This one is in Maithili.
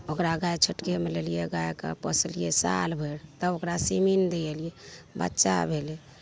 ओकरा गाइ छोटकेमे लेलिए गाइके पोसलिए सालभरि तब ओकरा सिमिन दिएलिए बच्चा भेलै